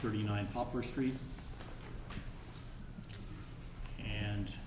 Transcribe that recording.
thirty nine hopper street and